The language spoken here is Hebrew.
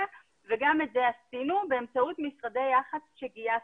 וגם את זה עשינו באמצעות משרדי יחסי ציבור שגייסנו.